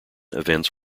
events